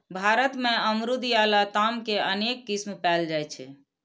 भारत मे अमरूद या लताम के अनेक किस्म पाएल जाइ छै